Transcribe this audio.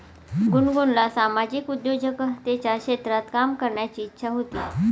गुनगुनला सामाजिक उद्योजकतेच्या क्षेत्रात काम करण्याची इच्छा होती